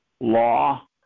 law